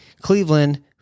Cleveland